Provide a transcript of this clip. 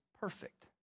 Perfect